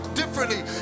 differently